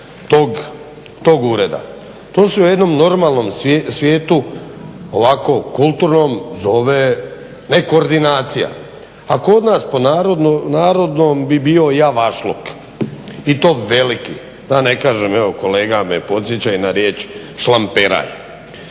To se u jednom normalnom svijetu ovako kulturnom zove nekoordinacija. A kod nas po narodnom bi bio javašluk i to veliki, da ne kažem evo kolega me podsjeća i na riječ šlamperaj.